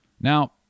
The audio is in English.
Now